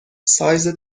سایز